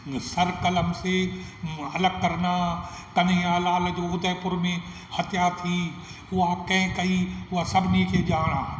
सरकलम से अलॻि करना कनैयालाल जो उदयपुर में हत्या थी उहा कंहिं कई उहा सभिनी खे ॼाण आहे